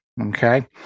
Okay